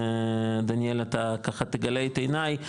דניאל אתה ככה תגלה את עיניי,